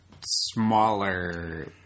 smaller